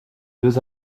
deux